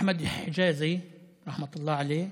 אחמד חג'אזי, רחמת אללה עליהו,